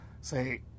say